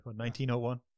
1901